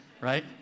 right